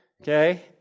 okay